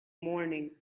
morning